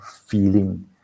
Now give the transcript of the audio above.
feeling